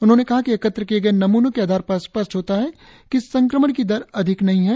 उन्होंने कहा कि एकत्र किए गए नमूनों के आधार पर स्पष्ट होता है कि संक्रमण की दर अधिक नहीं है